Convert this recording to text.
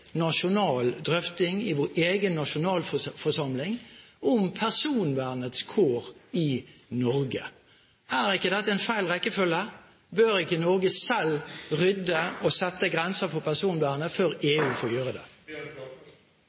nasjonal drøfting i vår egen nasjonalforsamling om personvernets kår i Norge? Er ikke dette en feil rekkefølge? Bør ikke Norge selv rydde og sette grenser for personvernet før EU får gjøre det?